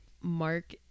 Mark